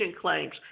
claims